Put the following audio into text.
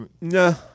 No